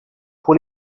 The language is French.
pour